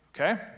okay